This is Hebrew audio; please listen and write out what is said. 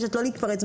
מפריע